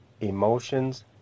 emotions